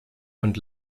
und